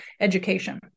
education